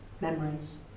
memories